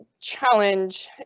challenge